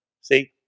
See